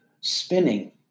spinning